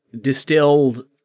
distilled